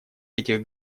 этих